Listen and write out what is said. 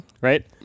Right